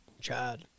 Chad